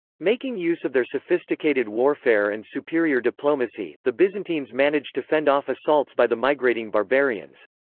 making use of their sophisticated warfare and superior diplomacy, the byzantines managed to fend off assaults by the migrating barbarians.